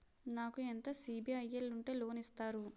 నాకు ఎంత సిబిఐఎల్ ఉంటే లోన్ ఇస్తారు?